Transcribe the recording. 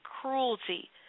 cruelty